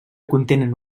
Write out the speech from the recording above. contenen